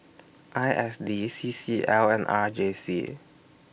I S D C C L and R J C